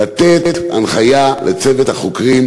לתת הנחיה לצוות החוקרים,